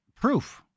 proof